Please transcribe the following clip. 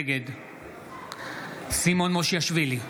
נגד סימון מושיאשוילי,